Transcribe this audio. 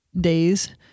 days